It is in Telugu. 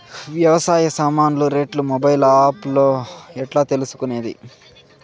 వ్యవసాయ సామాన్లు రేట్లు మొబైల్ ఆప్ లో ఎట్లా తెలుసుకునేది?